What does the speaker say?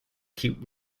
keep